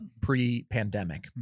pre-pandemic